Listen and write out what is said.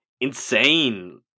insane